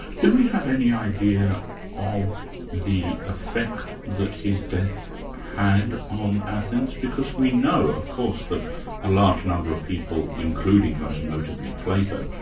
do we have any idea of the effect that his death had on athens? because know of course, that a large number of people including most notably, plato,